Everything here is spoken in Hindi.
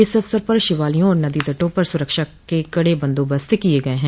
इस अवसर पर शिवालयों और नदी तटों पर सुरक्षा का कड़े बंदोबस्त किये गये है